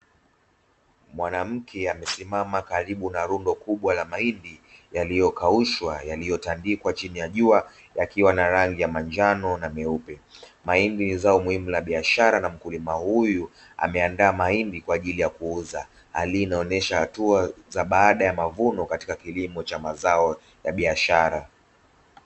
Mwanamke amesimama karibu na rundo kubwa la mahindi yaliyokaushwa yaliotandikwa chini ya jua, yakiwa na rangi ya manjono na meupe. Mahindi ni zao muhimu la biashara na mkulima huyu ameandaa mahindi kwa ajili ya kuuza. Hali hii inaonyesha hatua za baada ya mavuno katika kilimo cha mazao ya biashara.